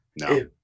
No